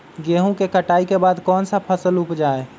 गेंहू के कटाई के बाद कौन सा फसल उप जाए?